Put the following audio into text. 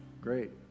Great